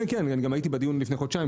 כן, אני גם הייתי בדיון שהיה לפני חודשיים.